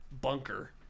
bunker